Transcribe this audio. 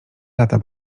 lata